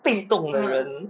被动的人